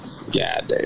goddamn